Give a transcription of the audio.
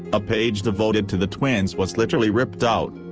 a page devoted to the twins was literally ripped out.